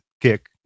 kick